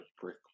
brick